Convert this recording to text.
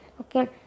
Okay